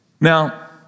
Now